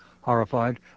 horrified